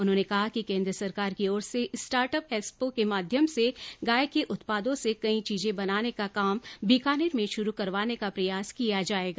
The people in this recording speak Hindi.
उन्होंने कहा कि केन्द्र सरकार की ओर से स्टार्टअप एस्पो के माध्यम से गाय के उत्पादों गौबर गौमूत्र से कई चीजे बनाने का काम बीकानेर में शुरू करवाने का प्रयास किया जायेगा